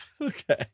okay